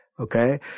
okay